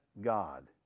God